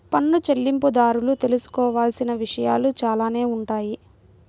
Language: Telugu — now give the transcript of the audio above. పన్ను చెల్లింపుదారులు తెలుసుకోవాల్సిన విషయాలు చాలానే ఉంటాయి